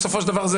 בסופו של דבר,